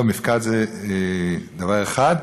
לא, מפקד זה דבר אחד,